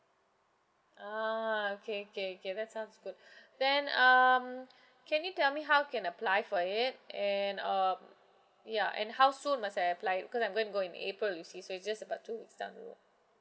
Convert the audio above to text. ah okay okay okay that sounds good then um can you tell me how can I apply for it and um ya and how soon must I apply because I'm going to go on april you see so it's just about two weeks down the road